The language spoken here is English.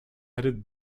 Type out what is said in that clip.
headed